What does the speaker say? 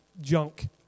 junk